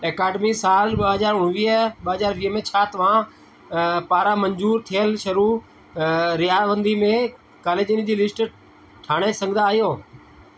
academy साल ॿ हज़ार उणिवीह ॿ हज़ार वीह में छा तव्हां पारां मंजूरु थियल शहरु रियाबंदी जे कॉलेजनि जी लिस्ट ठाणे सघंदा आहियो